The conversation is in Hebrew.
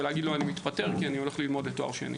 ולהגיד שאני מתפטר כי אני הולך ללמוד לתואר שני.